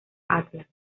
atlas